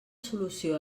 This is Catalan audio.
solució